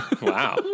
Wow